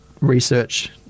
research